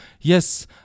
Yes